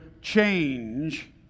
change